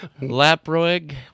Laproig